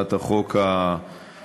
להצעת החוק הממשלתית,